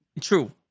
True